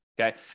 Okay